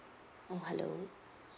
oh hello